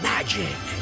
Magic